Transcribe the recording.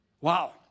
Wow